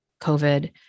COVID